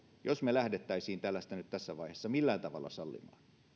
jos me lähtisimme tällaista nyt tässä vaiheessa millään tavalla sallimaan